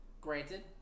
granted